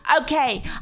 okay